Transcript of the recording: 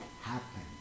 happen